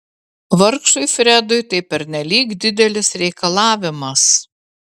vargšui fredui tai pernelyg didelis reikalavimas